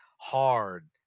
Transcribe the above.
hard